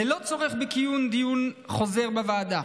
ללא צורך בקיום דיון חוזר בוועדה.